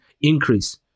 increase